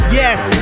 yes